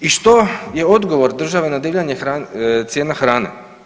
I što je odgovor države na divljanje cijena hrane?